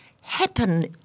happen